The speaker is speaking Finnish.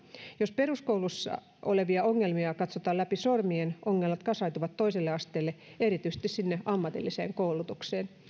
jos peruskoulussa olevia ongelmia katsotaan läpi sormien ongelmat kasautuvat toiselle asteelle erityisesti sinne ammatilliseen koulutukseen